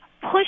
push